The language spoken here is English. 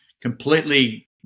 completely